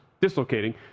dislocating